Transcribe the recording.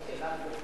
חברי חברי הכנסת,